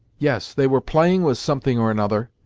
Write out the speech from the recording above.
yes, they were playing with something or another.